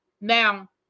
now